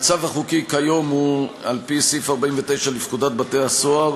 לפי המצב החוקי כיום, סעיף 49 לפקודת בתי-הסוהר